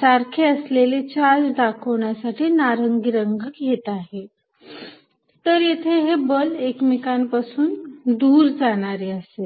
सारखे असलेले चार्ज दाखवण्यासाठी नारंगी रंग घेत आहे तर इथे हे बल एकमेकांपासून दूर जाणारे असेल